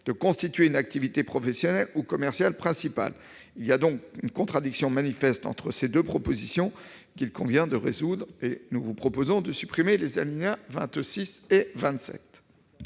de constituer une activité professionnelle ou commerciale principale. Il y a donc une contradiction manifeste entre ces deux propositions, qu'il convient de résoudre en supprimant les alinéas 26 et 27.